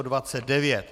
29.